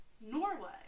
Norway